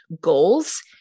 goals